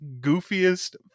goofiest